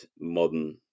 modern